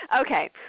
Okay